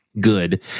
good